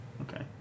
Okay